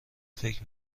فکر